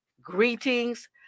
greetings